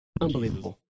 unbelievable